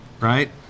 right